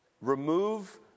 Remove